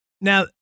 Now